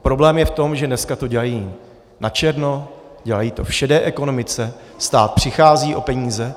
Problém je v tom, že dneska to dělají načerno, dělají to v šedé ekonomice, stát přichází o peníze.